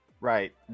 Right